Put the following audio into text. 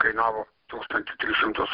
kainavo tūkstantį tris šimtus